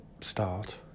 start